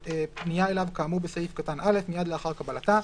פנייה אליו כאמור בסעיף קטן (א) מיד לאחר קבלתה,